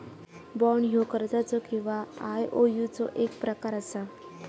bond ह्यो कर्जाचो किंवा आयओयूचो एक प्रकार असा